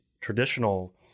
traditional